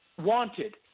wanted